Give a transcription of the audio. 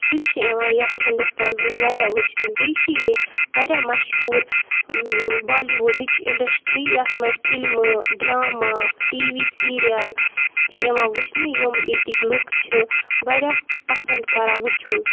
سُہ چھِ یِوان یَتھ ہِندوستانَس منٛز واریاہ وٕچھنہٕ بیٚیہِ چھِ ییٚتہِ واریاہ مشہوٗر بالیٖوُڈٕچ اِنڈَسٹرٛی یَتھ منٛز فِلمہٕ ڈرٛاما ٹی وی سیٖریَل چھِ یِوان وٕچھنہٕ یِم ییٚتِکۍ لُکھ چھِ واریاہ پَسنٛد کَران وٕچھُن